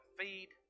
feed